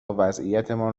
وضعیتمان